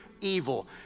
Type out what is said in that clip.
evil